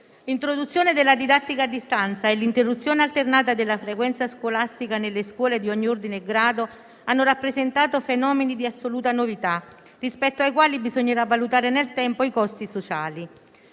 L'introduzione della didattica a distanza e l'interruzione alternata della frequenza scolastica nelle scuole di ogni ordine e grado hanno rappresentato fenomeni di assoluta novità, dei quali bisognerà valutare nel tempo i costi sociali.